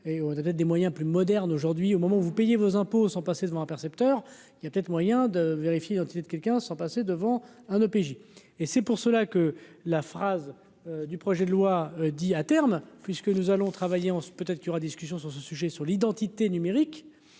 toilettes des moyens plus moderne aujourd'hui au moment où vous payez vos impôts sont passés devant un percepteur il y a peut-être moyen de vérifier, entité de quelqu'un sans passer devant un OPJ. Et c'est pour cela que la phrase du projet de loi dit à terme puisque nous allons travailler en peut-être qu'il y aura discussion sur ce sujet sur l'identité numérique